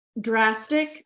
drastic